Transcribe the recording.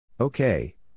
Okay